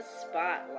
spotlight